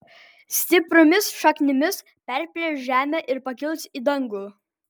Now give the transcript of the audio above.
stipriomis šaknimis perplėš žemę ir pakils į dangų